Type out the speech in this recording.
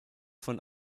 von